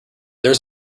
there